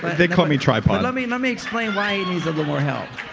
but they call me tripod let me let me explain why help.